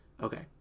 Okay